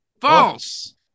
False